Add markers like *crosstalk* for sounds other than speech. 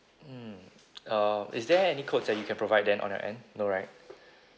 mm *noise* uh is there any codes that you can provide then on your end no right